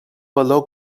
valor